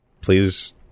Please